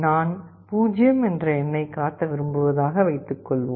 நான் 0 என்ற எண்ணை காட்ட விரும்புவதாக வைத்துக்கொள்வோம்